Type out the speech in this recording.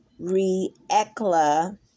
Reekla